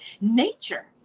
nature